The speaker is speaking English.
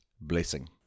Blessing